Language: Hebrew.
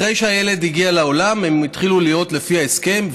אחרי שהילד הגיע לעולם הם התחילו להיות לפי ההסכם.